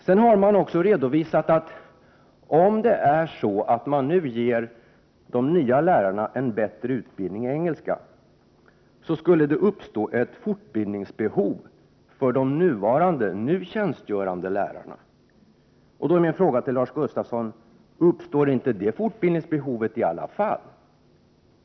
Det har också redovisats, att om man ger de nya lärarna en bättre utbildning i engelska, skulle det uppstå ett fortbildningsbehov när det gäller de nu tjänstgörande lärarna. Jag måste fråga Lars Gustafsson: Uppstår inte detta fortbildningsbehov i alla fall?